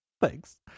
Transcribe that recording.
Thanks